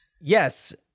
Yes